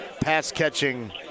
pass-catching